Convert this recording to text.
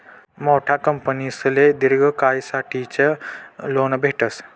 मोठा कंपनीसले दिर्घ कायसाठेच लोन भेटस